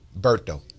Berto